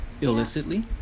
Illicitly